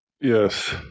Yes